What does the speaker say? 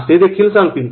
असे देखील सांगतील